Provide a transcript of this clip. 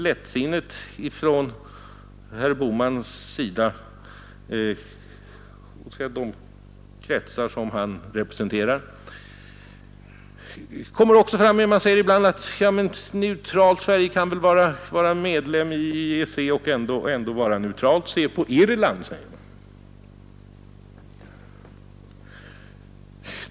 Lättsinnet hos de kretsar som herr Bohman representerar kommer också fram när man ibland säger att Sverige kan vara medlem av EEC och ändå vara neutralt — se på Irland!